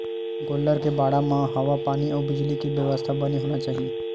गोल्लर के बाड़ा म हवा पानी अउ बिजली के बेवस्था बने होना चाही